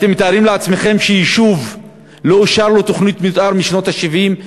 אתם מתארים לעצמכם שיישוב לא אושרה לו תוכנית מתאר משנות ה-70,